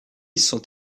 sont